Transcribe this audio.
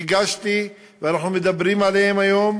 הגשתי ואנחנו מדברים עליהן היום